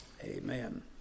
Amen